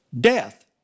death